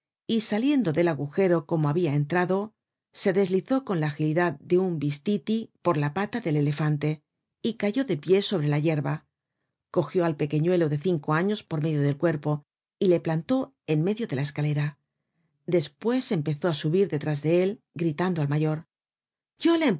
y saliendo del agujero como habia entrado se deslizó con la agilidad de un whistiti por la pata del elefante y cayó de pie sobre la yerba cogió al pequeñuelo de cinco años por medio del cuerpo y le plantó en medio de la escalera despues empezó á subir detrás de él gritando al mayor